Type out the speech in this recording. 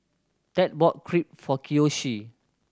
Ted bought Crepe for Kiyoshi